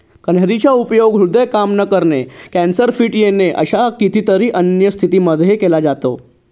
कन्हेरी चा उपयोग हृदय काम न करणे, कॅन्सर, फिट येणे अशा कितीतरी अन्य स्थितींमध्ये केला जातो